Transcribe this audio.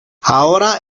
ahora